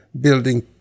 building